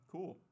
Cool